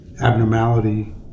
abnormality